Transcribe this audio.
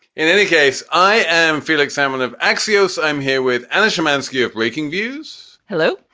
in any case, i am felix salmon of axios. i'm here with anish romanski of breakingviews. hello.